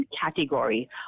category